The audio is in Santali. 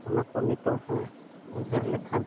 ᱚᱱᱟ ᱠᱚ ᱱᱤᱛᱳᱜ ᱦᱚᱸ ᱩᱭᱦᱟᱹᱨ ᱞᱮᱠᱷᱟᱱ